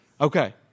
Okay